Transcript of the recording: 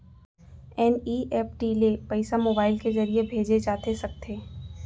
NEFT ले पइसा mobile के ज़रिए भेजे जाथे सकथे?